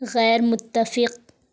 غیر متفق